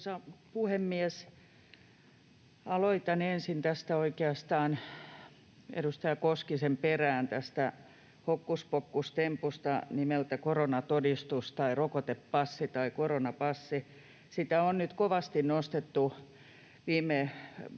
Arvoisa puhemies! Aloitan ensin, oikeastaan edustaja Koskisen perään, tästä hokkuspokkustempusta nimeltä koronatodistus tai rokotepassi tai koronapassi. Sitä on kovasti nostettu viime päivinä